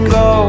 go